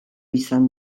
izan